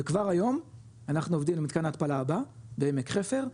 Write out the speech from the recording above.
וכבר היום אנחנו עובדים למתקן ההתפלה הבא בעמק חפר,